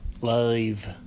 Live